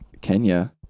Kenya